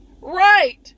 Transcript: Right